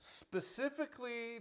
specifically